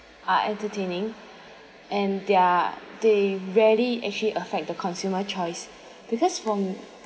are entertaining and they're they really actually affect the consumer choice because from